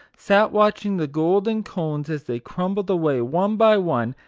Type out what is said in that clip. sat watching the golden cones as they crumbled away, one by one,